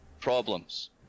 Problems